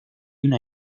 una